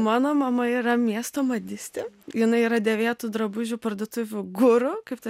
mano mama yra miesto madistė jinai yra dėvėtų drabužių parduotuvių guru kaip tu